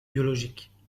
biologiques